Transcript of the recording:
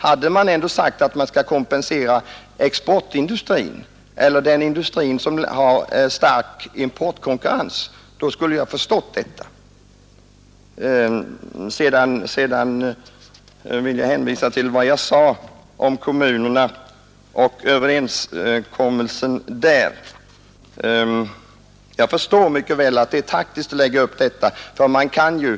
Hade man i stället sagt att man skulle kompensera exportindustrin eller den industri som har stark importkonkurrens skulle jag nog ha förstått det bättre. Sedan vill jag hänvisa till vad jag sagt i mitt anförande om kommunerna och överenskommelsen. Jag förstår mycket väl att det kan vara taktiskt att lägga upp det så som regeringen gjort.